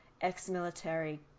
ex-military